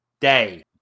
Day